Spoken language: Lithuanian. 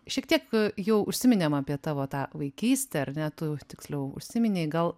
šiek tiek jau užsiminėm apie tavo tą vaikystę ar ne tu tiksliau užsiminei gal